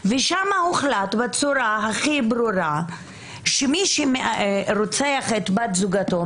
ושם הוחלט בצורה הכי ברורה שמי שרוצח את בת זוגו,